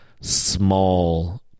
small